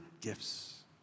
gifts